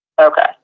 okay